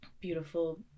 beautiful